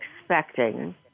expecting